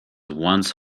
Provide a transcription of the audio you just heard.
once